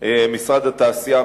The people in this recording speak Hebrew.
ומשרד התעשייה,